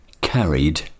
carried